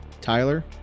Tyler